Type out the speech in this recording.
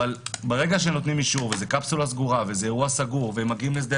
אבל ברגע שנותנים אישור וזאת קפסולה סגורה וזה אירוע סגור מגיעים לשדה